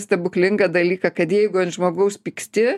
stebuklingą dalyką kad jeigu ant žmogaus pyksti